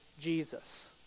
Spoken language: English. Jesus